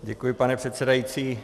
Děkuji, pane předsedající.